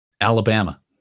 Alabama